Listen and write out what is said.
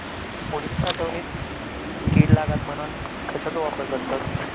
उडीद साठवणीत कीड लागात म्हणून कश्याचो वापर करतत?